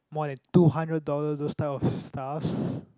more than two hundred dollars those type of stuffs